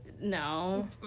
No